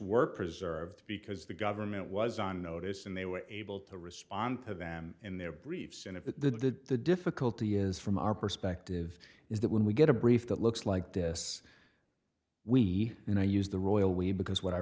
were preserved because the government was on notice and they were able to respond to them in their briefs and if the the difficulty is from our perspective is that when we get a brief that looks like this we and i use the royal we because what i